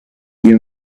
you